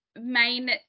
main